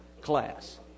class